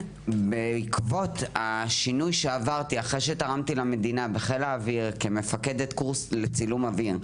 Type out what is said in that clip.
אחרי שתרמתי למדינה בחיל האוויר כמפקדת קורס לצילום אוויר,